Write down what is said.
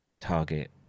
target